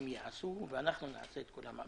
המאמצים יעשו לזה, אנחנו נעשה גם את כל המאמצים.